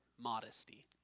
modesty